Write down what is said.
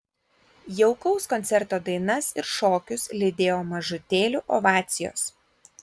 jaukaus koncerto dainas ir šokius lydėjo mažutėlių ovacijos